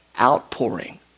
outpouring